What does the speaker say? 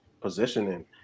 positioning